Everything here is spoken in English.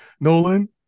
Nolan –